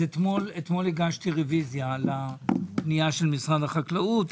אתמול הגשתי רביזיה על הפנייה של משרד החקלאות,